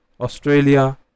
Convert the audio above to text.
Australia